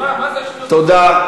מה השטויות, תודה.